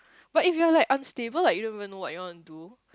but if you are like unstable like you don't even know what you want to do